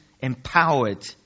empowered